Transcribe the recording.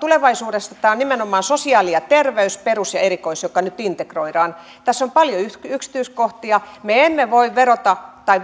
tulevaisuudessa tämä on nimenomaan sosiaali ja terveys perus ja erikois joka nyt integroidaan tässä on paljon yksityiskohtia me emme voi